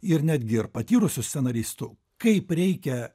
ir netgi ir patyrusių scenaristų kaip reikia